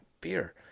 beer